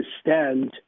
stand